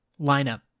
lineup